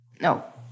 No